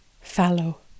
Fallow